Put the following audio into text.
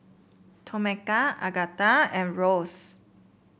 Tomeka Agatha and Rose